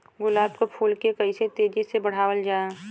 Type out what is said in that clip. गुलाब क फूल के कइसे तेजी से बढ़ावल जा?